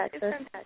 Texas